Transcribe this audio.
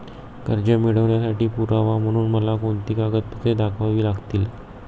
कर्ज मिळवण्यासाठी पुरावा म्हणून मला कोणती कागदपत्रे दाखवावी लागतील?